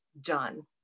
done